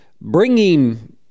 bringing